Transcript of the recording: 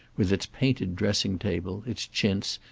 with its painted dressing table, its chintz,